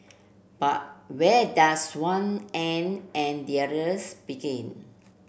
but where does one end and the others begin